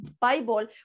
Bible